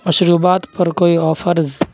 مشروبات پر کوئی آفرز